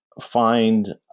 find –